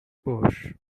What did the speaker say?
باش